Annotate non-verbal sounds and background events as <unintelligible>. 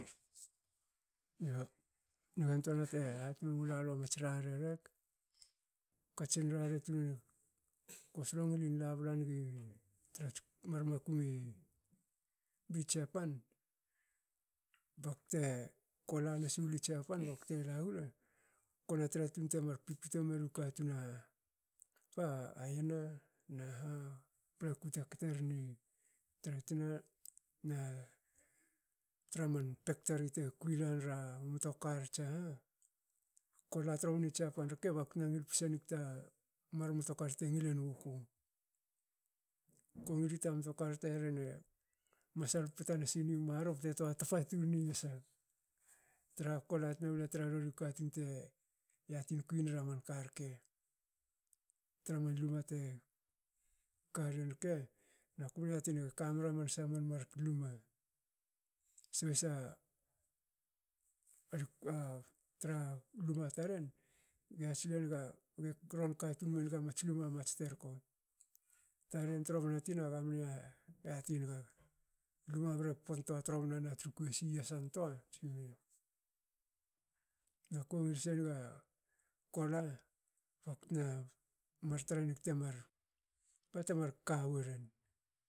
yo nigantoana te hati me mulalu a mats rarre rek. <noise> katsin rarre tun- nig. Ko solon ngilin la bla nigi trats mar makum i bi jiapan, bakte kola nasi gili jiapan bakte la gula, kona tra tun te mar pipito meru katun a ba a yna na ha paplaku te kteren i tra tuna na tra man factori te kui lan ra mtokar tsaha. kola tromni jiapan rke baktna ngil psenigi ta mar mtokar te ngilen guku. Ko ngili ta mtokar te rehene masal ptan sini marro bte toa tpa tunni yasa traha kola tna gla tru katun te yatin kuinera man karke. Tra man lme te karin rke. aku mne yatinig kamera man saha man mar luma. sohsa <unintelligible> tra luma taren ge yatisil enga ge ron katun menga mats luma mats terko. Taren tromna tina gamne yatin naga luma bare ppon toa tromna na tru koasi yasantoa tsime? Nako ngil senga kola baktna mar trenig temar bate mar ka weren